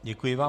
Děkuji vám.